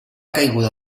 caiguda